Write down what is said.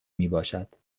میباشد